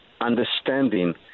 understanding